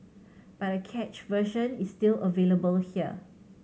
but a cached version is still available here